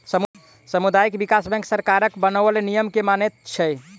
सामुदायिक विकास बैंक सरकारक बनाओल नियम के मानैत छै